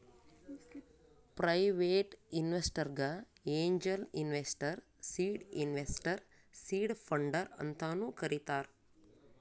private ಇನ್ವೆಸ್ಟರ್ಗ angel investor, seed investor, seed funder ಅಂತಾನು ಕರಿತಾರ್